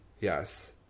yes